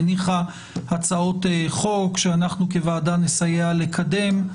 הניחה הצעות חוק שאנחנו כוועדה נסייע לקדם.